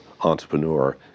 entrepreneur